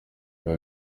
ibi